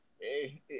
hey